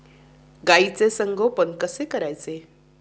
गाईचे संगोपन कसे करायचे?